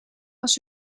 als